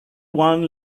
one